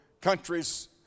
countries